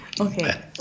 Okay